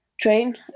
train